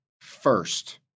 first